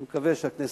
אני מקווה שהכנסת